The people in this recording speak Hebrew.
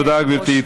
תודה, גברתי.